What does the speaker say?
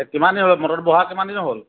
কিমান দিন হ'ল মটৰটো বহা কিমান দিন হ'ল